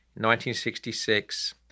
1966